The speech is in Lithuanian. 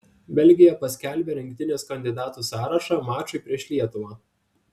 belgija paskelbė rinktinės kandidatų sąrašą mačui prieš lietuvą